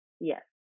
yes